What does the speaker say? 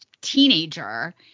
teenager